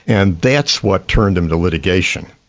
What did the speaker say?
and that's what turned him to litigation,